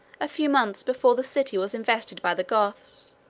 a few months before the city was invested by the goths.